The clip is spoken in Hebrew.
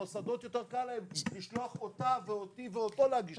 למוסדות יותר קל לשלוח אותה ואותי ואותו להגיש את התלונה.